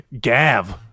Gav